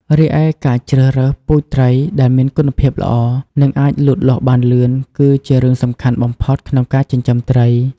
រីឯការជ្រើសរើស ពូជត្រី ដែលមានគុណភាពល្អ និងអាចលូតលាស់បានលឿន គឺជារឿងសំខាន់បំផុតក្នុងការចិញ្ចឹមត្រី។